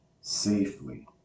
safely